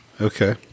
Okay